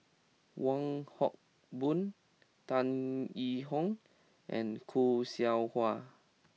Wong Hock Boon Tan Yee Hong and Khoo Seow Hwa